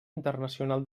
internacional